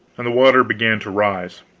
and the water began to rise.